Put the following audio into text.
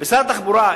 ושר התחבורה,